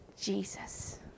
Jesus